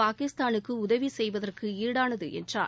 பாகிஸ்தானுக்கு உதவி செய்வதற்கு ஈடானது என்றார்